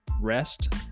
rest